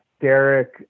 Derek